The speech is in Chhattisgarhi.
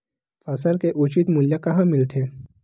फसल के उचित मूल्य कहां मिलथे?